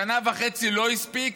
שנה וחצי לא הספיקו,